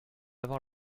avoir